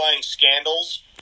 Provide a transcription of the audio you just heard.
scandals